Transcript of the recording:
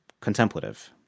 contemplative